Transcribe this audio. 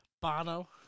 Bono